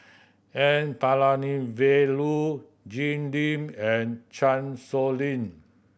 N Palanivelu Jim Lim and Chan Sow Lin